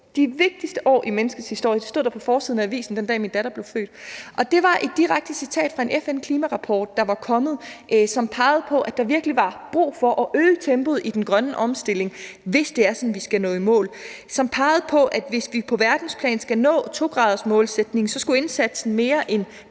de vigtigste år i menneskets historie. Det stod der på forsiden af avisen den dag, min datter blev født. Og det var et direkte citat fra en FN-klimarapport, der var kommet, og som pegede på, at der virkelig var brug for at øge tempoet i den grønne omstilling, hvis det var sådan, at vi skulle nå i mål. Den pegede på, at hvis vi på verdensplan skulle nå 2-gradersmålsætningen, skulle indsatsen mere end